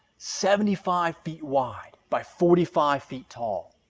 seventy five feet wide by forty five feet tall.